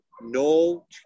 no